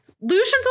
Lucian's